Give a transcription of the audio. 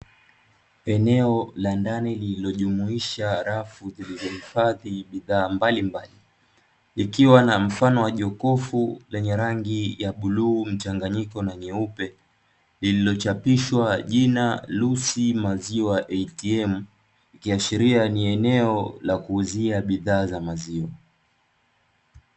Eneo la ndani lililo jumuisha rafu zilizo hifadhi bidhaa mbalimbali, ikiwa na mfano wa jokofu lenye rangi ya bluu mchanganyiko na nyeupe, lililochapishwa jina Lucy Maziwa ATM likiashiria ni eneo la kuuzia bidhaa za maziwa.